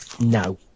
No